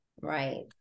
Right